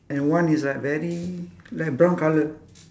and one is like very like brown colour